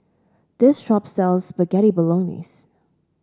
this shop sells Spaghetti Bolognese